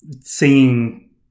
seeing